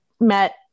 met